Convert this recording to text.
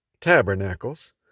Tabernacles